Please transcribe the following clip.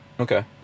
Okay